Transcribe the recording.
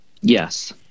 yes